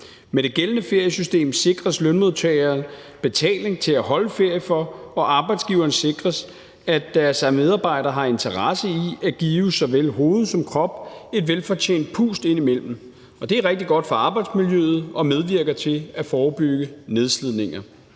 Med det gældende feriesystem sikres lønmodtagere betaling til at holde ferie for, og arbejdsgiveren sikres, at deres medarbejdere har interesse i at give såvel hoved som krop et velfortjent pust indimellem. Det er rigtig godt for arbejdsmiljøet og medvirker til at forebygge nedslidninger.